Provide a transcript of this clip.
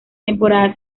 temporada